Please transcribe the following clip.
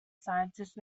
scientist